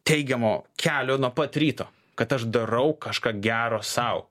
teigiamo kelio nuo pat ryto kad aš darau kažką gero sau